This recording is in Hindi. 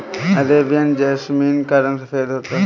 अरेबियन जैसमिन का रंग सफेद होता है